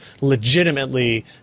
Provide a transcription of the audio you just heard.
legitimately